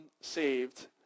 saved